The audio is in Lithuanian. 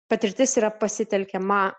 patirtis yra pasitelkiama